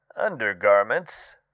undergarments